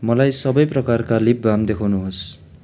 मलाई सबै प्रकारका लिप बाम देखाउनु होस्